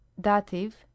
dative